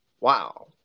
Wow